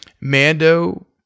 Mando